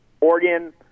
Oregon